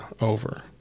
over